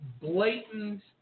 blatant